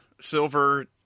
Silver